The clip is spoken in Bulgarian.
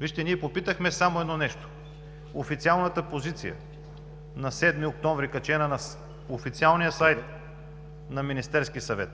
Вижте, ние попитахме само едно нещо – за официалната позиция на 7 октомври, качена на официалния сайт на Министерския съвет,